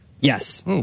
Yes